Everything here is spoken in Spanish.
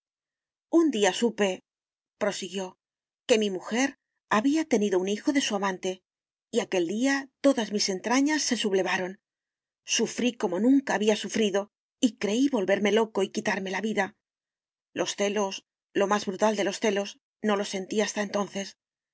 un día supeprosiguióque mi mujer había tenido un hijo de su amante y aquel día todas mis entrañas se sublevaron sufrí como nunca había sufrido y creí volverme loco y quitarme la vida los celos lo más brutal de los celos no lo sentí hasta entonces